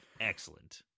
excellent